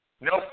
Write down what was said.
Nope